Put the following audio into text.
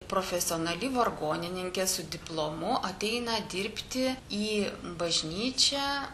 profesionali vargonininkė su diplomu ateina dirbti į bažnyčią